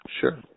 Sure